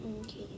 Okay